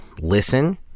listen